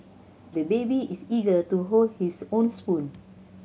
the baby is eager to hold his own spoon